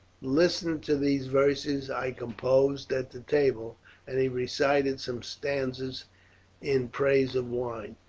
listen to these verses i composed at the table and he recited some stanzas in praise of wine.